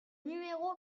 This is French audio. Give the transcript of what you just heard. numéro